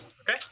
Okay